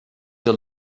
your